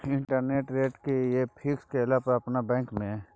Interest rate कि ये fix केला पर अपन बैंक में?